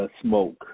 smoke